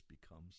becomes